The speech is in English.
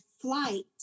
flight